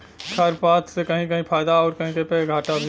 खरपात से कहीं कहीं फायदा आउर कहीं पे घाटा भी होला